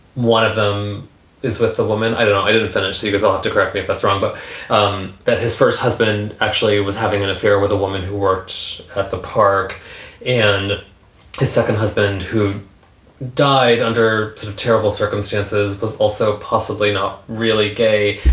one of them is with the woman i don't know. i didn't finish. he goes off to correct me if that's wrong, but that his first husband actually it was having an affair with a woman who works at the park and his second husband, who died under terrible circumstances, was also possibly not really gay.